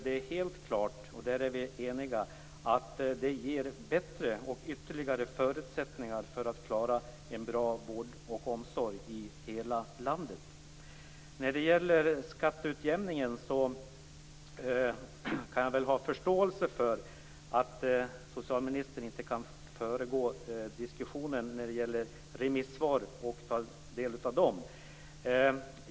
Vi är eniga om att det ger bättre och ytterligare förutsättningar för att klara en bra vård och omsorg i hela landet. När det gäller skatteutjämningen kan jag väl ha förståelse för att socialministern inte kan föregripa remissvaren och diskussionen i anslutning till dem.